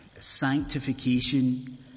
sanctification